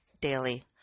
daily